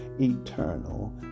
eternal